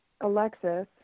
Alexis